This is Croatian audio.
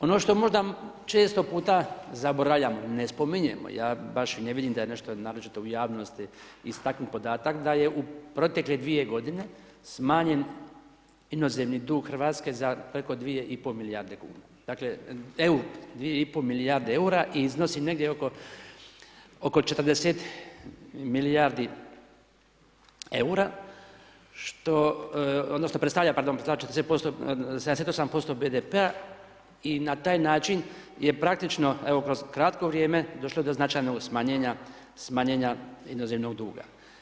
Ono što možda često puta zaboravljamo, ne spominjemo, ja baš i ne vidim da je nešto naročito u javnosti istaknut podatak da je u protekle 2 godine smanjen inozemni dug Hrvatske za preko 2,5 milijarde kuna, eura, 2,5 milijarde eura i iznosi negdje oko, oko 40 milijardi eura što, odnosno predstavlja, pardon, predstavlja, ... 78% BDP-a i na taj način je praktično evo kroz kratko vrijeme došlo je do značajnog smanjenja, smanjenja inozemnog duga.